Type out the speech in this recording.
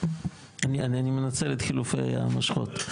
אני מנצל את חילופי המושכות.